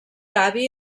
avi